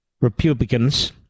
republicans